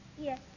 Yes